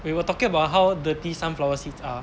we were talking about how dirty sunflower seed are